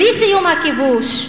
בלי סיום הכיבוש.